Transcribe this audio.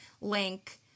link